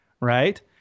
right